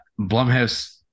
Blumhouse